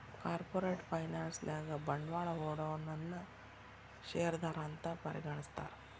corporate finance ನ್ಯಾಗ ಬಂಡ್ವಾಳಾ ಹೂಡೊನನ್ನ ಶೇರ್ದಾರಾ ಅಂತ್ ಪರಿಗಣಿಸ್ತಾರ